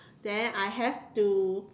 then I have to